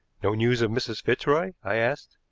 no news of mrs. fitzroy? i asked.